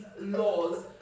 laws